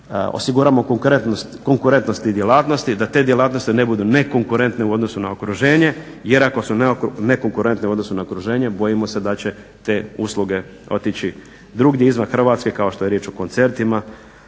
osiguramo konkurentnost i djelatnosti, da te djelatnosti ne budu ne konkurente u odnosu na okruženje jer ako su nekonkurentne u odnosu na okruženje bojimo se da će te usluge otići drugdje izvan Hrvatske kao što je riječ o koncertima